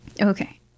Okay